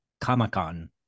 Comic-Con